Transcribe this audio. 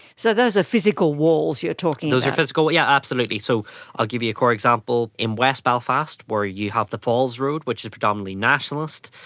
so those are physical walls you're talking about? those are physical, but yeah absolutely. so i'll give you a core example. in west belfast where you have the falls road, which is predominantly nationalist,